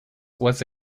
was